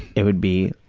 it would be